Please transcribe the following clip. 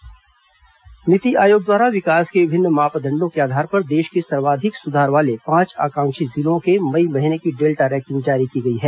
नीति आयोग रैंकिंग नीति आयोग द्वारा विकास के विभिन्न मापदंडों के आधार पर देश के सर्वाधिक सुधार वाले पांच आकांक्षी जिलों के मई महीने की डेल्टा रैंकिंग जारी की गई है